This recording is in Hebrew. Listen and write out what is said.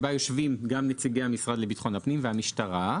בה יושבים גם נציגי המשרד לביטחון פנים והמשטרה,